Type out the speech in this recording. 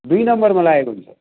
दुई नम्बरमा लागेको हुन्छ